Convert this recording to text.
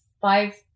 five